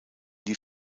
die